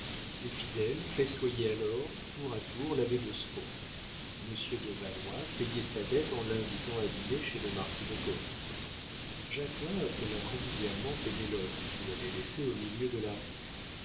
les fidèles festoyaient alors tour à tour l'abbé de sponde monsieur de valois payait sa dette en l'invitant à dîner chez le marquis de gordes jacquelin appela familièrement pénélope qu'il avait laissée au milieu de la rue